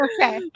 Okay